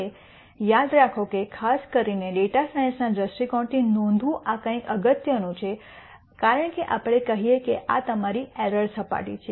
હવે યાદ રાખો કે ખાસ કરીને ડેટા સાયન્સના દૃષ્ટિકોણથી નોંધવું આ કંઈક અગત્યનું છે કારણ કે આપણે કહીએ કે આ તમારી એરર સપાટી છે